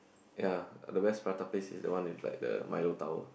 ya the best prata place is the one with like the milo tower